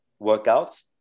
workouts